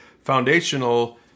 foundational